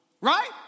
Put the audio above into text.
Right